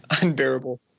unbearable